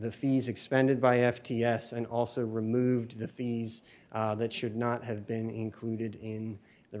the fees expended by f t s and also removed the fees that should not have been included in the